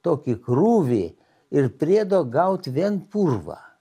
tokį krūvį ir priedo gaut vien purvą